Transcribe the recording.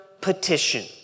petition